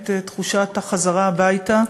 את תחושת החזרה הביתה,